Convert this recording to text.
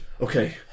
okay